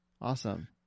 Awesome